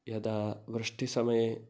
यदा वृष्टिसमये